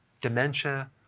dementia